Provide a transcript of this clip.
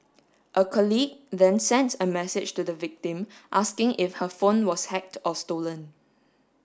a colleague then sent a message to the victim asking if her phone was hacked or stolen